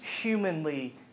humanly